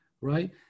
right